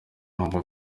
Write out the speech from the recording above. bavuga